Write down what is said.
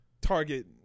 target